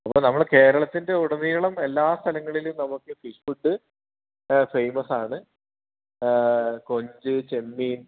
അപ്പോൾ നമ്മുടെ കേരളത്തിൻ്റെ ഉടനീളം എല്ലാ സ്ഥലങ്ങളിലും നമുക്ക് ഫിഷ് ഫുഡ് ഫേമസ് ആണ് കൊഞ്ച് ചെമ്മീൻ